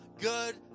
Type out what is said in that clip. good